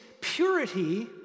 purity